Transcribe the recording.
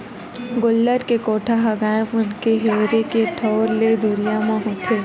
गोल्लर के कोठा ह गाय मन के रेहे के ठउर ले दुरिया म होथे